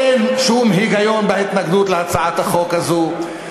אין שום היגיון בהתנגדות להצעת החוק הזו.